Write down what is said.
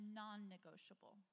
non-negotiable